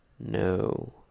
No